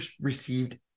received